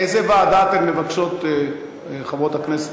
איזו ועדה אתן מבקשות, חברות הכנסת?